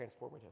transformative